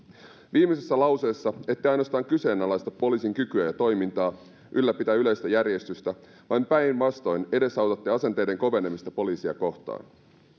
viimeisessä lauseessa ette ainoastaan kyseenalaista poliisin kykyä ja toimintaa ylläpitää yleistä järjestystä vaan päinvastoin edesautatte asenteiden kovenemista poliisia kohtaan